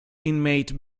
inmate